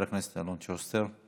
חבר הכנסת אלון שוסטר.